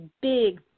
big